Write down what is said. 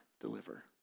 deliver